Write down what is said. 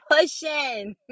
pushing